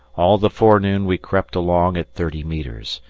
all the forenoon we crept along at thirty metres,